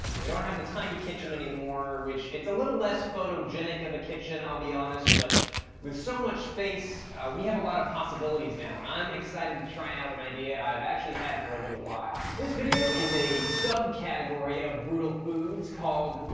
we don't have the tiny kitchen anymore, which it's a little less photogenic of a kitchen, i'll be honest, but with so much space we have a lot of possibilities now, and i'm excited to try out an idea i've actually had for a little while. this video is a subcategory of brutalfoods called,